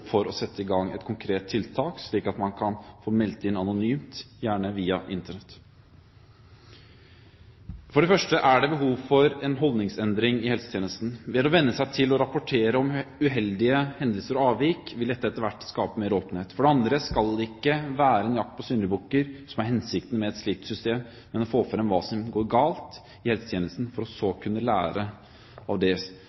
for å sette i gang et konkret tiltak, slik at man kan få meldt inn anonymt, gjerne via Internett. For det første er det behov for en holdningsendring i helsetjenesten. Ved å venne seg til å rapportere om uheldige hendelser og avvik vil dette etter hvert skape mer åpenhet. For det andre skal det ikke være en jakt på syndebukker som er hensikten med et slikt system, men å få fram hva som går galt i helsetjenesten for så å